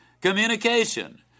Communication